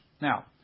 Now